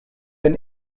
been